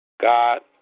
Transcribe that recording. God